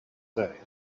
day